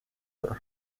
her